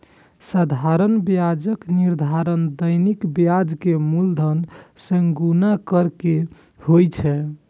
साधारण ब्याजक निर्धारण दैनिक ब्याज कें मूलधन सं गुणा कैर के होइ छै